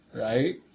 right